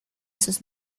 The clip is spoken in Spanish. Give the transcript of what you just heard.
sus